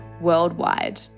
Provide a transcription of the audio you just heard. worldwide